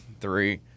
three